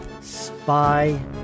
Spy